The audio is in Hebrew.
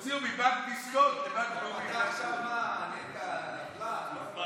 הוציאו מבנק דיסקונט, עכשיו מה, נהיית לבלר?